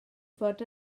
fod